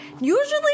usually